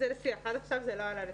עד עכשיו זה לא עלה לשיח.